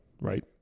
right